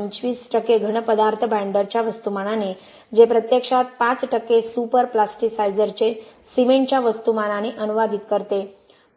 25 टक्के घन पदार्थ बायंडरच्या वस्तुमानाने जे प्रत्यक्षात 5 टक्के सुपर प्लास्टिसायझरचे सिमेंटच्या वस्तुमानाने अनुवादित करते